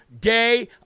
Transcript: day